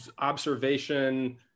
observation